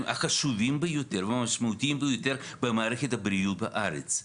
החשובים ביותר והמשמעותיים ביותר במערכת הבריאות בארץ.